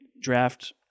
draft